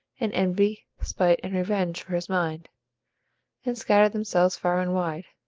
and envy, spite, and revenge for his mind and scattered themselves far and wide.